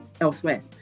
elsewhere